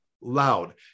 loud